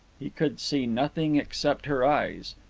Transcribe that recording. he could see nothing except her eyes.